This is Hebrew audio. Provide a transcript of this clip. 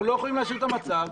אנחנו לא יכולים להשאיר את המצב